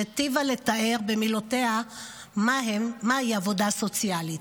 שהיטיבה לתאר במילותיה מהי עבודה סוציאלית: